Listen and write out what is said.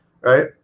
Right